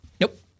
nope